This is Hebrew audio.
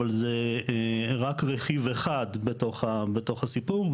אבל זה רק רכיב אחד בתוך הסיפור,